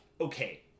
okay